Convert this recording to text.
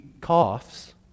coughs